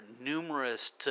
numerous